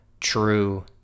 true